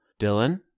Dylan